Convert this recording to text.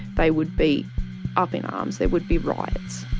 they would be up in arms. there would be riots.